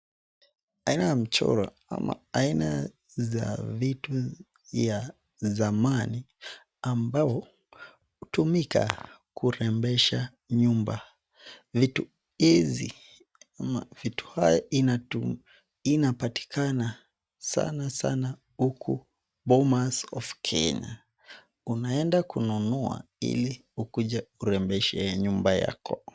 Aina ya mchoro ama aina za vitu ya zamani ambao hutumika kurembesha nyumba. Vitu hizi ama vitu haya inapatikana sana sana huku Bomas of Kenya. Unaenda kununua ili ukuje urembeshe nyumba yako.